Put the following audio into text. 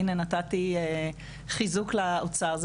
הינה, נתתי חיזוק לאוצר.